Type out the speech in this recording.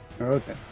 Okay